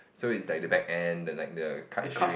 so it's like the back end the like the card issuing